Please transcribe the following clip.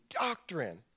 doctrine